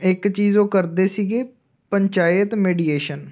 ਇੱਕ ਚੀਜ਼ ਉਹ ਕਰਦੇ ਸੀਗੇ ਪੰਚਾਇਤ ਮੈਡੀਏਸ਼ਨ